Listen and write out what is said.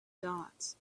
dots